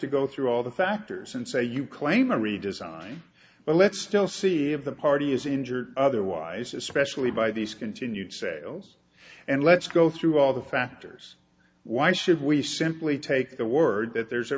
to go through all the factors and say you claim a redesign but let's still see of the party is injured otherwise especially by these continued sales and let's go through all the factors why should we simply take the word that there's a